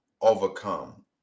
overcome